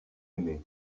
aimé